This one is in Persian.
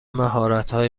مهارتهایی